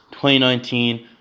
2019